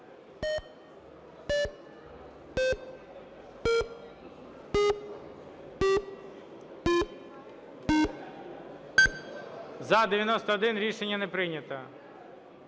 За-91 Рішення не прийнято.